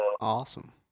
Awesome